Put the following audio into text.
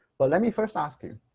but let me first ask you,